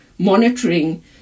monitoring